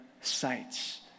sights